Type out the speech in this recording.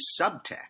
subtext